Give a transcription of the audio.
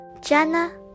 Jenna